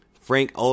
Frank